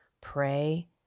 pray